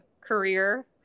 career